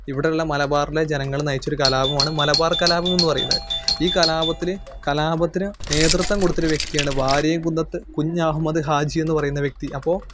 ഇവിടെയുള്ള മലബാറിലെ ജനങ്ങൾ നയിച്ചൊരു കലാപമാണ് മലബാര് കലാപം എന്ന് പറയുന്നത് ഈ കലാപത്തിൽ കലാപത്തിന് നേതൃത്വം കൊടുത്തൊരു വ്യക്തിയാണ് വാരിയംകുന്നത്ത് കുഞ്ഞഹമ്മദ് ഹാജിയെന്ന് പറയുന്ന വ്യക്തി അപ്പോൾ